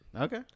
Okay